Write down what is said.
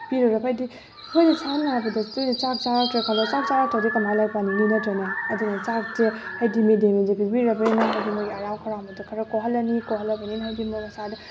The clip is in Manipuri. ꯄꯤꯔꯔꯣꯏꯕ ꯍꯥꯏꯗꯤ ꯑꯩꯈꯣꯏꯅ ꯏꯁꯥ ꯅꯥꯕꯗ ꯇꯣꯏꯅ ꯆꯥꯛ ꯆꯥꯔꯛꯇ꯭ꯔꯦ ꯈꯜꯂꯣ ꯆꯥꯛ ꯆꯥꯔꯛꯇ꯭ꯔꯗꯤ ꯀꯃꯥꯏꯅ ꯂꯥꯏꯔꯤꯛ ꯄꯥꯅꯤꯡꯅꯤ ꯅꯠꯇ꯭ꯔꯅꯦ ꯑꯗꯨꯅ ꯆꯥꯛꯁꯦ ꯍꯥꯏꯗꯤ ꯃꯤꯠ ꯗꯦ ꯃꯤꯜꯁꯦ ꯄꯤꯕꯤꯔꯕꯅꯤꯅ ꯍꯥꯏꯗꯤ ꯃꯣꯏꯒꯤ ꯑꯔꯥꯝ ꯈꯧꯔꯥꯡꯕꯗꯨ ꯈꯔ ꯀꯣꯛꯍꯜꯂꯅꯤ ꯀꯣꯛꯍꯜꯂꯕꯅꯤꯅ ꯍꯥꯏꯗꯤ ꯃꯣꯏ ꯃꯁꯥꯗ